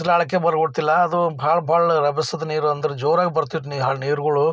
ಈಜಲಾಡೋಕ್ಕೇ ಬರಗೊಡ್ತಿಲ್ಲ ಅದು ಭಾಳ ಭಾಳ ರಭಸದ ನೀರು ಅಂದ್ರೆ ಜೋರಾಗಿ ಬರ್ತಿತ್ತು ನೀರು ಹ ನೀರುಗಳು